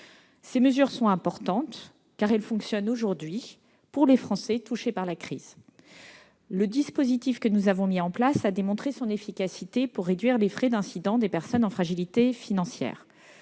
Ces mesures sont importantes. Elles fonctionnent aujourd'hui pour les Français touchés par la crise. Le dispositif que nous avons mis en place a démontré son efficacité pour réduire les frais d'incidents des personnes en fragilité financière.